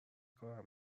کارم